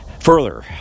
Further